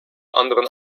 anderen